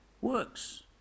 works